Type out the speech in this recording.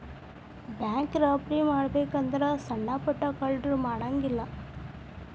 bank robbery ಮಾಡ್ಬೆಕು ಅಂದ್ರ ಸಣ್ಣಾ ಪುಟ್ಟಾ ಕಳ್ರು ಮಾಡಂಗಿಲ್ಲಾ